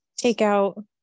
takeout